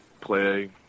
play